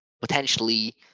potentially